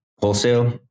wholesale